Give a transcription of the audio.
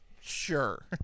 Sure